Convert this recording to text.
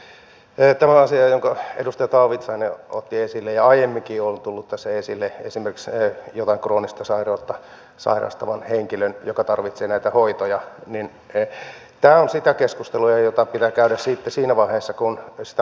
tämä asia jonka edustaja taavitsainen otti esille ja joka aiemminkin jo on tullut tässä esille esimerkiksi jotain kroonista sairautta sairastava henkilö joka tarvitsee näitä hoitoja on sitä keskustelua jota pitää käydä sitten siinä vaiheessa kun sitä lakia laaditaan